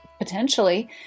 potentially